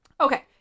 Okay